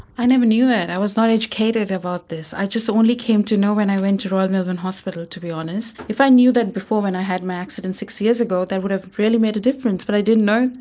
i never knew it, i was not educated about this, i just only came to know when i went to royal melbourne hospital, to be honest. if i knew that before when i had my accident six years ago that would have really made a difference but i didn't know.